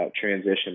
transition